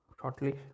shortly